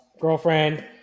girlfriend